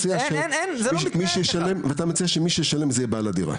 אוקיי, אז אתה מציע שמי שישלם זה בעל הדירה?